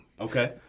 Okay